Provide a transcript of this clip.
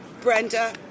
Brenda